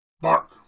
Bark